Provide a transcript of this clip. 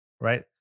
Right